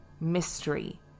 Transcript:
mystery